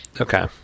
Okay